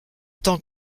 tant